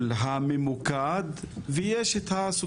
אנחנו ממשיכות את הדיון, אבל יש אנשים שצריכים